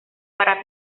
para